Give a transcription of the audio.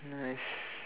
nice